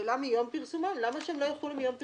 מיום פרסומן, למה שהן לא יחולו מיום פרסומן?